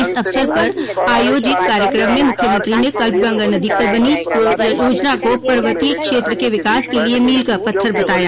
इस अवसर पर आयोजित कार्यक्रम में मुख्यमंत्री ने कल्पगंगा नदी पर बनी इस परियोजना को पर्वतीय क्षेत्र के विकास के लिए मील का पत्थर बताया